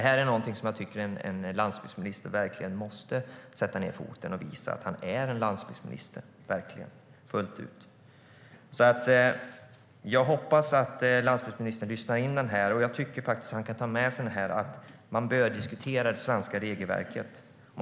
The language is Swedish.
Här tycker jag att landsbygdsministern verkligen måste sätta ned foten och visa att han verkligen är en landsbygdsminister fullt ut. Jag hoppas att landsbygdsministern lyssnar på detta, och jag tycker faktiskt att han ska ta med sig att det svenska regelverket bör diskuteras.